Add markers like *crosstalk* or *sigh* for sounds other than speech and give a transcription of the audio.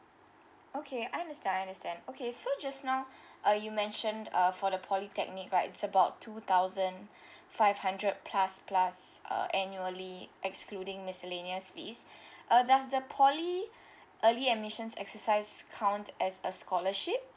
okay understand understand okay so just now *breath* uh you mentioned uh for the polytechnic right is about two thousand *breath* five hundred plus plus uh annually excluding miscellaneous fees *breath* uh does the poly early emissions exercise count as a scholarship